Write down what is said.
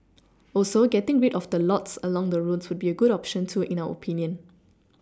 also getting rid of the lots along the roads would be a good option too in our oPinion